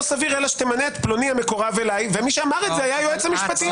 סביר אלא שתמנה את פלוני המקורב אליי ומי שאמר את זה היה היועץ המשפטי.